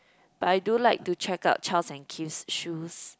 but I do like to check out Charles and Keith shoes